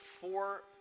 four